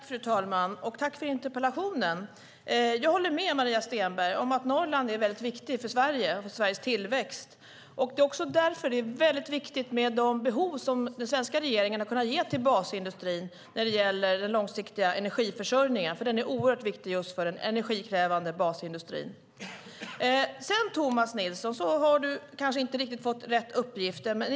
Fru talman! Jag tackar för interpellationen. Jag håller med Maria Stenberg om att Norrland är väldigt viktigt för Sverige och Sveriges tillväxt. Det är också därför det är väldigt viktigt med de behov som den svenska regeringen har kunnat tillgodose för basindustrin när det gäller den långsiktiga energiförsörjningen, som är oerhört viktig för den energikrävande basindustrin. Tomas Nilsson har kanske inte riktigt fått rätt uppgifter.